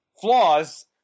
flaws